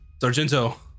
Sargento